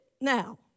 now